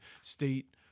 state